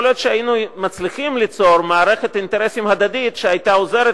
יכול להיות שהיינו מצליחים ליצור מערכת אינטרסים הדדית שהיתה עוזרת